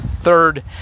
third